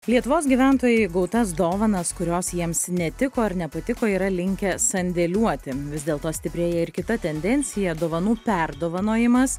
lietuvos gyventojai gautas dovanas kurios jiems netiko ar nepatiko yra linkę sandėliuoti vis dėlto stiprėja ir kita tendencija dovanų perdovanojimas